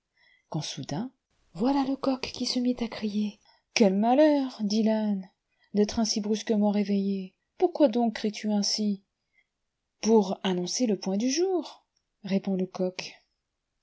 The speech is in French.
quand soudain voilà le coq qui se mit à crier quel malheur dit l'âne d'être ainsi brusquement réveillé pourquoi donc cries tu ainsi pour annoncer le point du jour répond le oq